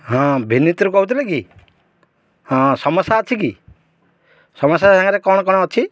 ହଁ ଭିନୀତରୁ କହୁଥିଲେ କି ହଁ ସମସ୍ୟା ଅଛି କି ସମସ୍ୟା ସାଙ୍ଗରେ କ'ଣ କ'ଣ ଅଛି